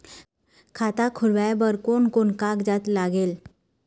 खाता खुलवाय बर कोन कोन कागजात लागेल?